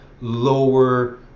lower